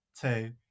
two